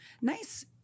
nice